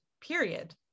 period